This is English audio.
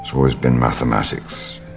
always been mathematics,